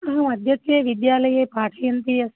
अहम् अद्यत्वे विद्यालये पाठयन्ती अस्मि